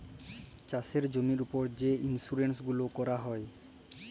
চাষের জমির উপর যে ইলসুরেলস গুলা ক্যরা যায়